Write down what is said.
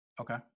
Okay